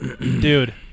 Dude